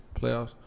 playoffs